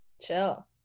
Chill